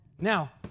Now